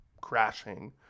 crashing